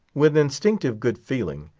with instinctive good feeling,